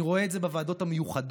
אני רואה את זה בוועדות המיוחדות,